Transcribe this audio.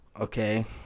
okay